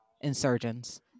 insurgents